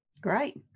Great